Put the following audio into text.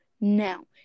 Now